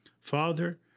Father